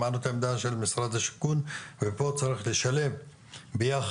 שמענו את העמדה של משרד השיכון ופה צריך לשלב ביחד,